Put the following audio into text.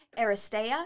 Aristea